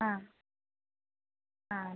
ആ ആണല്ലേ